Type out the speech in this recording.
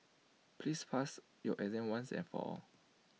please pass your exam once and for all